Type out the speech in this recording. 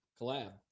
collab